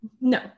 No